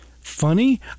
funny